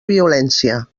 violència